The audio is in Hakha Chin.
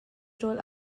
rawl